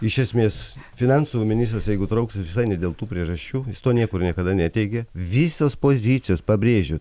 iš esmės finansų ministras jeigu trauksis visai ne dėl tų priežasčių jis to niekur niekada neteigė visos pozicijos pabrėžiu